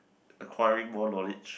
acquiring more knowledge